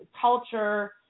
culture